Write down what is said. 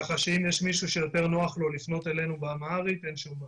כך שאם יש מישהו שיותר נוח לו לפנות אלינו באמהרית אין שום בעיה.